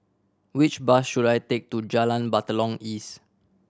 which bus should I take to Jalan Batalong East